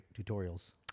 tutorials